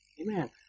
Amen